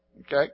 Okay